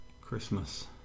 Christmas